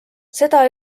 seda